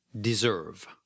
deserve